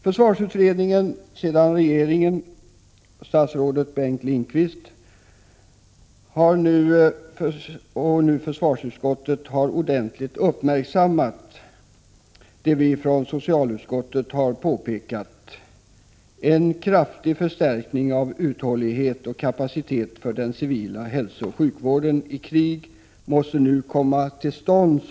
Försvarsutredningen, regeringen med statsrådet Bengt Lindqvist och försvarsutskottet har nu ordentligt uppmärksammat det vi har påpekat från socialutskottet. Socialutskottet sade att en kraftig förstärkning av uthålligheten och kapaciteten för den civila hälsooch sjukvården i krig nu måste komma till stånd.